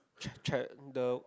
cher~ cher~